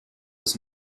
his